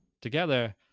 together